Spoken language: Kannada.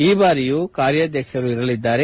ಈ ಬಾರಿಯೂ ಕಾರ್ಯಾಧ್ವಕ್ಷರು ಇರಲಿದ್ದಾರೆ